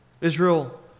Israel